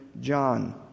John